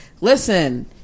listen